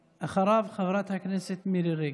אחריו, חברת הכנסת מירי רגב.